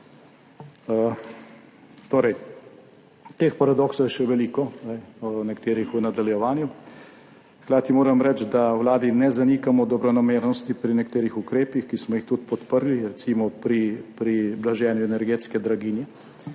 Torej, teh paradoksov je še veliko, o nekaterih v nadaljevanju. Hkrati moram reči, da vladi ne zanikamo dobronamernosti pri nekaterih ukrepih, ki smo jih tudi podprli, recimo pri blaženju energetske draginje.